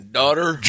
daughter